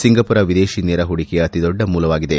Singapore ವಿದೇಶಿ ನೇರ ಹೂಡಿಕೆಯ ಅತಿದೊಡ್ಡ ಮೂಲವಾಗಿದೆ